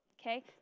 Okay